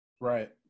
Right